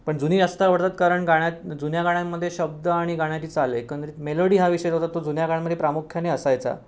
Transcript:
पण जुनी जास्त आवडतात कारण गाण्यात जुन्या गाण्यांमध्ये शब्द आणि गाण्याची चाल एकंदरीत मेलोडी हा विषय जो होता तो जुन्या गाण्यांमध्ये प्रामुख्याने असायचा